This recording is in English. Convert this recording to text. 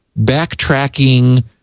backtracking